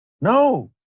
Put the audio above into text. No